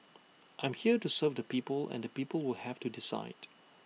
I'm here to serve the people and the people will have to decide